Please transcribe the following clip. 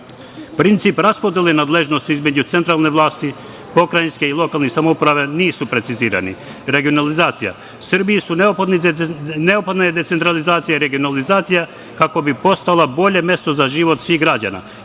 raspodele nadležnosti između centralne vlasti, pokrajinske i lokalnih samouprava nisu precizirani. Srbiji je neophodna decentralizacija i regionalizacija kako bi postala bolje mesto za život svih građana,